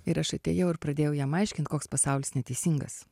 ir aš atėjau ir pradėjau jam aiškint koks pasaulis neteisingas